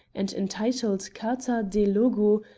and entitled carta de logu,